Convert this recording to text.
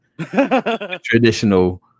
traditional